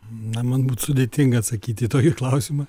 na man būt sudėtinga atsakyti į tokį klausimą